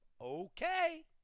Okay